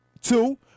Two